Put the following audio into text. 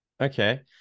Okay